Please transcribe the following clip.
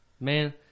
Man